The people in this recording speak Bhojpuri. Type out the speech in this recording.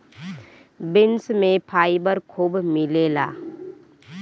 बीन्स में फाइबर खूब मिलेला